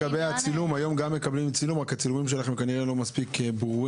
אנחנו יכולים רק לדון ולהקריא, ולא נוכל